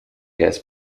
has